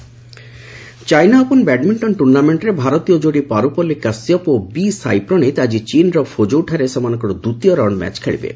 badminton China open badminton ଟୁର୍ଣ୍ଣାମେଣ୍ଟରେ ଭାରତୀୟ ଯୋଡ଼ି ପାରୁପଲୀ କାଶ୍ୟପ ଓ ବିସାଇପ୍ରଣୀତ ଆକ୍କି ଚୀନ୍ର ଫୁକୋଉଠାରେ ସେମାନଙ୍କର ଦ୍ୱିତୀୟ ରାଉଣ୍ଡ ମ୍ୟାଚ୍ ଖେଳିବେ